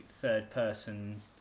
third-person